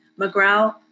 McGraw